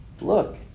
Look